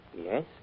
Yes